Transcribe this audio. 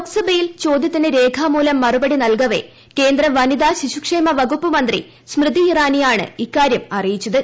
ലോക്സഭയിൽ ചോദൃത്തിന് രേഖാമൂലം മറുപടി നൽകവെ കേന്ദ്ര വനിതാ ശിശുക്ഷേമ വകുപ്പ് മന്ത്രി സ്മൃതി ഇറാനിയാണ് ഇക്കാര്യം അറിയിച്ചത്